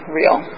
real